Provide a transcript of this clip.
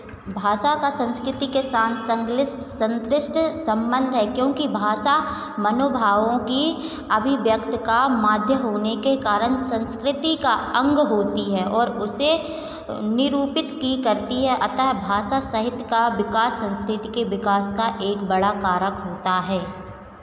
भाषा का संस्कृति के साथ संग्लिश संतृष्ट संबंध है क्योंकि भाषा मनोभावों की अभिव्यक्ति का माध्य होने के कारण संस्कृति का अंग होती है और उसे निरूपित की करती है अतः भाषा सहित्य का विकास संस्कृति के विकास का एक बड़ा कारक होता है